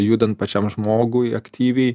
judant pačiam žmogui aktyviai